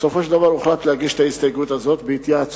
בסופו של דבר הוחלט להגיש את ההסתייגות הזו בהתייעצות